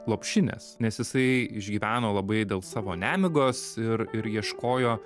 lopšinės nes jisai išgyveno labai dėl savo nemigos ir ir ieškojo